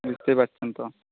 বুঝতেই পারছেন তো